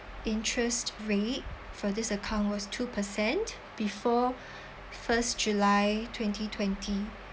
interest rate for this account was two percent before first july twenty twenty